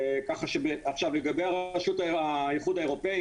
לגבי האיחוד האירופי